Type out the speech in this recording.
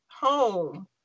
home